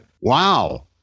wow